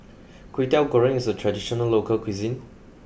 Kwetiau Goreng is a traditional local cuisine